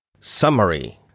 summary